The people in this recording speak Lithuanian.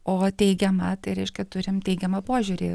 o teigiama tai reiškia turim teigiamą požiūrį